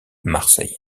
marseille